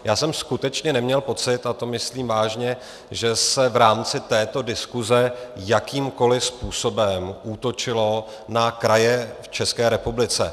Já jsem skutečně neměl pocit, a to myslím vážně, že se v rámci této diskuse jakýmkoli způsobem útočilo na kraje v České republice.